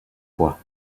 poids